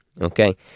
Okay